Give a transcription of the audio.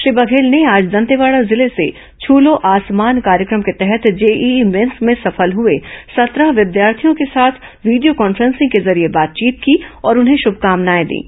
श्री बघेल ने आज दंतेवाड़ा जिले से छू लो आसमान कार्यक्रम को तहत जेईई मेन्स में सफल हुए सत्रह विद्यार्थियों के साथ वीडियो कॉन्फ्रेंसिंग के जरिये बातचीत की और उन्हें श्रभकामनाए दीं